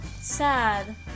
Sad